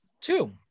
two